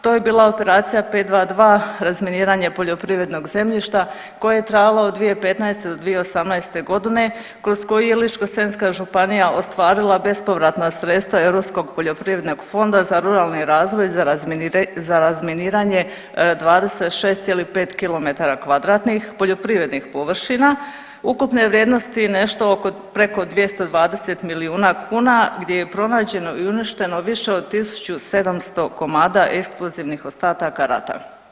To je bila operacija 522 razminiranje poljoprivrednog zemljišta koje je trajalo od 2015. do 2018. godine kroz koji je Ličko-senjska županija ostvarila bespovratna sredstva Europskog poljoprivrednog fonda za ruralni razvoj za razminiranje 26,5 km2 poljoprivrednih površina ukupne vrijednosti nešto oko preko 220 milijuna kuna gdje je pronađeno i uništeno više od 1700 komada eksplozivnih ostataka rata.